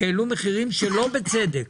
שהעלו מחירים שלא בצדק.